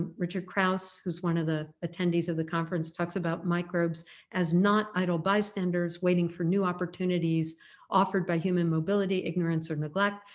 ah richard krause, who's one of the attendees of the conference talks about microbes as not idle bystanders waiting for new opportunities offered by human mobility, ignorance or neglect.